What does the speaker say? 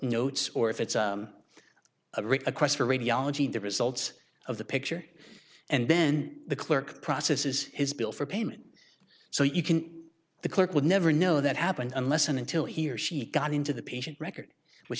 notes or if it's a request for radiology the results of the picture and then the clerk process is his bill for payment so you can the clerk would never know that happened unless and until he or she got into the patient record which